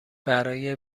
برای